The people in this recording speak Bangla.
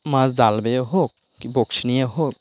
মাছ জাল বেয়ে হোক কি বড়শি নিয়ে হোক